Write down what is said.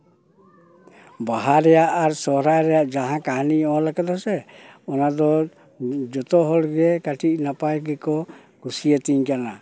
ᱵᱟᱦᱟ ᱨᱮᱭᱟᱜ ᱟᱨ ᱥᱚᱨᱦᱟᱭ ᱨᱮᱭᱟᱜ ᱡᱟᱦᱟᱸ ᱠᱟᱹᱦᱱᱤᱧ ᱚᱞ ᱠᱟᱫᱟ ᱥᱮ ᱚᱱᱟ ᱫᱚ ᱡᱚᱛᱚ ᱦᱚᱲ ᱜᱮ ᱠᱟᱹᱴᱤᱡ ᱱᱟᱯᱟᱭ ᱜᱮᱠᱚ ᱠᱩᱥᱤᱭᱟᱛᱤᱧ ᱠᱟᱱᱟ